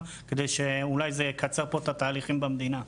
כדי שאולי זה יקצר פה את התהליכים במדינה.